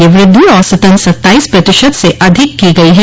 यह वृद्धि औसतन सत्ताईस प्रतिशत से अधिक की गई है